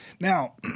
Now